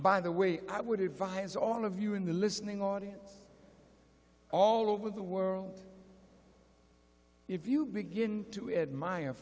by the way i would advise all of you in the listening audience all over the world if you begin to admire